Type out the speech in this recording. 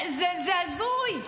זה הזוי.